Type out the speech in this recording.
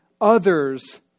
others